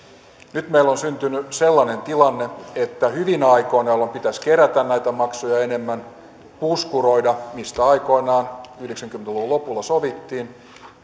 nyt meille on syntynyt sellainen tilanne että hyvinä aikoina jolloin pitäisi kerätä näitä maksuja enemmän puskuroida mistä aikoinaan yhdeksänkymmentä luvun lopulla sovittiin